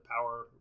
power